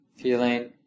feeling